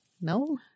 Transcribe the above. No